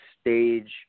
stage